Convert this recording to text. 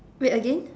wait again